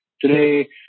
today